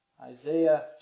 Isaiah